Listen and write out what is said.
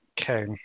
Okay